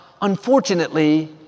Unfortunately